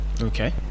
Okay